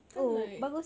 kan like